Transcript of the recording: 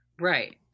Right